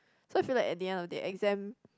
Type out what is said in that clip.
so you feel like at the end of the day exam